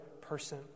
person